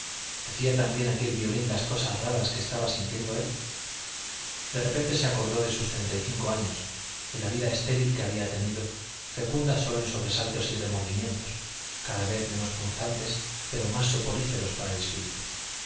decía tan bien aquel violín las cosas raras que estaba sintiendo él de repente se acordó de sus treinta y cinco años de la vida estéril que había tenido fecunda sólo en sobresaltos y remordimientos cada vez menos punzantes pero más soporíferos para el espíritu